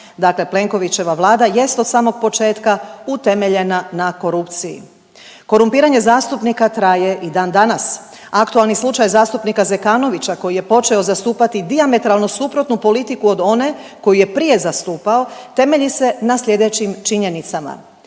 Dakle, Plenkovićeva Vlada jest od samog početka utemeljena na korupciji. Korumpiranje zastupnika traje i dan danas. Aktualni slučaj zastupnika Zekanovića koji je počeo zastupati dijametralno suprotnu politiku od one koju je prije zastupao temelji se na sljedećim činjenicama.